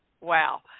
Wow